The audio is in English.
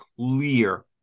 clear